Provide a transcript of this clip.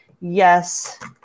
yes